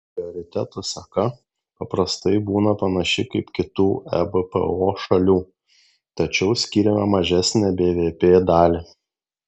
prioritetų seka paprastai būna panaši kaip kitų ebpo šalių tačiau skiriame mažesnę bvp dalį